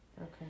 Okay